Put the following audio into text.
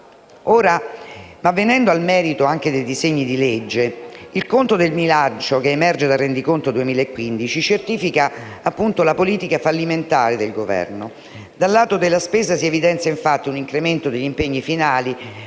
Governo. Venendo al merito dei disegni di legge, il conto del bilancio che emerge dal Rendiconto 2015 certifica la politica fallimentare del Governo. Dal lato della spesa si evidenzia, infatti, un incremento degli impegni finali